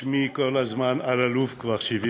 שמי כל הזמן אלאלוף, כבר 72 שנה.